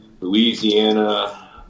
Louisiana